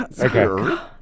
Okay